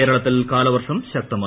കേരളത്തിൽ കാലവർഷം ശക്തമായി